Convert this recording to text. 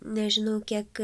nežinau kiek